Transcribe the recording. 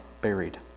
buried